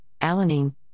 Alanine